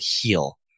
heal